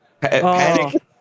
Panic